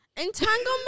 Entanglement